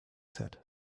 said